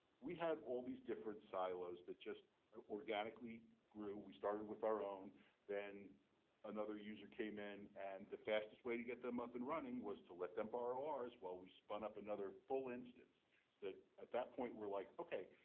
we have all these different silos that just organically grew. we started with our own then another user came in. and the fastest way to get them up and running was to let them borrow ours while we spun up another full instance. so that at that point we're like ok.